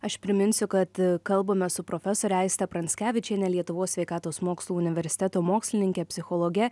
aš priminsiu kad kalbame su profesore aiste pranckevičiene lietuvos sveikatos mokslų universiteto mokslininke psichologe